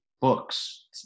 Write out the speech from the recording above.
books